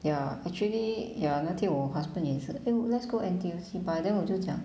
ya actually ya 那天我 husband 也是 eh let's go N_T_U_C but then 我就讲